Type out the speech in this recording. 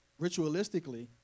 ritualistically